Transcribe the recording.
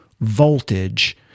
voltage